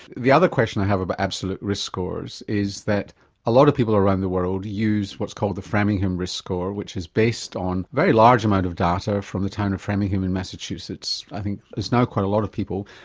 the other question i have about but absolute risk scores is that a lot of people around the world use what's called the framingham risk score which is based on a very large amount of data from the town of framingham in massachusetts, i think it's now quite a lot of people,